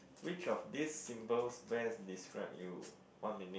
which of these symbols best describe you one minute